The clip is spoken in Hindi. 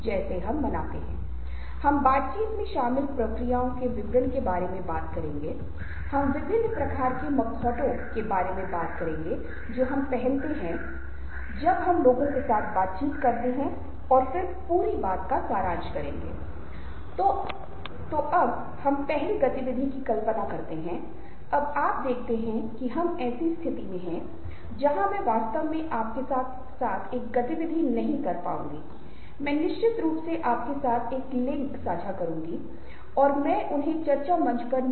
लेकिन चेहरा उन भावनाओं के संचार का बहुत महत्वपूर्ण घटक था हालांकि केवल इशारों के माध्यम से आप भावनाओं को संवाद कर सकते हैं लेकिन चेहरे के भाव भावनाओं की एक विस्तृत श्रृंखला और अभिव्यक्ति की एक विस्तृत श्रृंखला को व्यक्त करने में सक्षम हैं जो भावनाएं जरूरी नहीं हैं